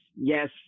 yes